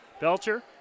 Belcher